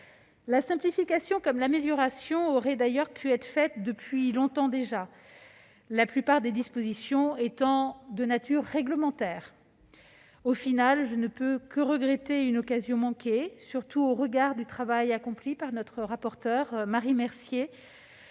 La simplification, comme l'amélioration, aurait d'ailleurs pu être faite depuis longtemps déjà, la plupart des dispositions étant de nature réglementaire. Je ne peux que regretter une occasion manquée, surtout au regard du travail accompli par notre rapporteure, Marie Mercier,